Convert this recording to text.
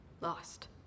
lost